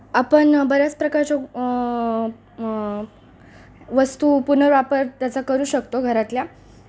आपण बऱ्याच प्रकारच्या वस्तू पुनर्वापर त्याचा करू शकतो घरातल्या